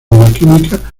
bioquímica